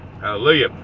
hallelujah